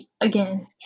again